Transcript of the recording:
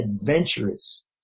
adventurous